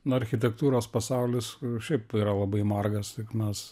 nu architektūros pasaulis šiaip yra labai margas tik mes